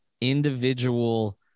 individual